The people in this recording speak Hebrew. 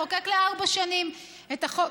לחוקק לארבע שנים את החוק